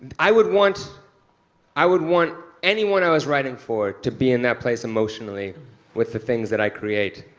i would want i would want anyone i was writing for to be in that place emotionally with the things that i create.